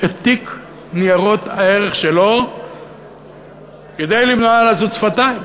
את תיק ניירות הערך שלו כדי למנוע לזות שפתיים